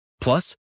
Plus